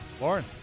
Lauren